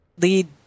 lead